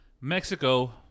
Mexico